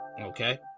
Okay